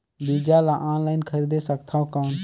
बीजा ला ऑनलाइन खरीदे सकथव कौन?